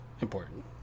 important